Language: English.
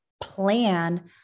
plan